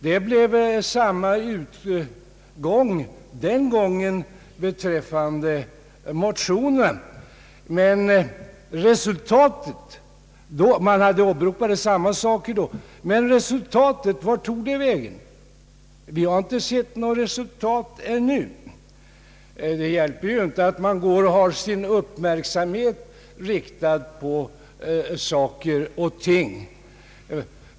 Utskottet uttryckte sig på samma sätt den gången och åberopade samma skäl. Men vart tog resultatet vägen? Vi har ännu inte sett något resultat. Det hjälper inte att man har sin uppmärksamhet riktad på saker och ting.